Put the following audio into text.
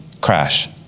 crash